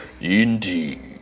Indeed